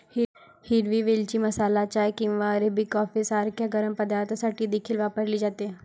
हिरवी वेलची मसाला चाय किंवा अरेबिक कॉफी सारख्या गरम पदार्थांसाठी देखील वापरली जाते